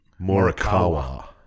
Morikawa